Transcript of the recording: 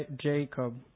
Jacob